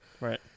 Right